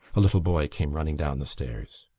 a little boy came running down the stairs.